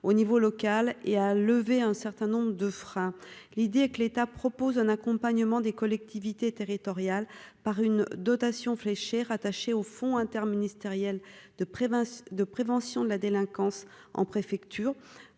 au niveau local et à lever un certain nombre de freins, l'idée que l'État propose un accompagnement des collectivités territoriales, par une dotation fléchée rattaché au fonds interministériel de prévention de prévention de la délinquance en préfecture